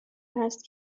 است